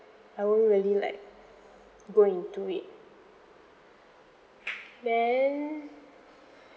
I won't really like go into it then